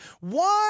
one